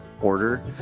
order